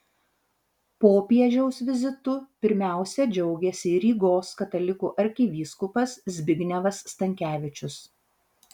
popiežiaus vizitu pirmiausia džiaugėsi rygos katalikų arkivyskupas zbignevas stankevičius